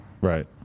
Right